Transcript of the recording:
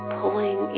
pulling